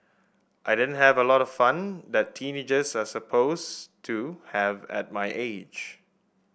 I didn't have a lot of fun that teenagers are supposed to have at my age